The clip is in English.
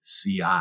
CI